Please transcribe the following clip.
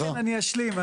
אני אשלים.